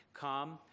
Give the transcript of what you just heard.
come